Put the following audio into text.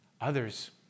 Others